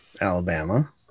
alabama